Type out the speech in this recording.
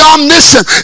Omniscient